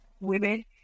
women